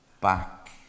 back